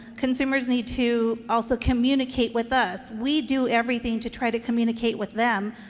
consumers need to also communicate with us. we do everything to try to communicate with them,